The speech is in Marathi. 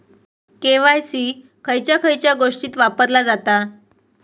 के.वाय.सी खयच्या खयच्या गोष्टीत वापरला जाता?